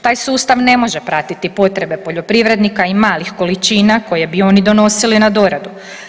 Taj sustav ne može pratiti potrebe poljoprivrednika i malih količina koje bi oni donosili na doradu.